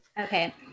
okay